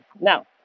Now